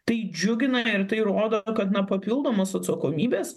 tai džiugina ir tai rodo kad na papildomos atsakomybės